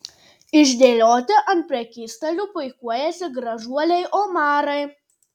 išdėlioti ant prekystalių puikuojasi gražuoliai omarai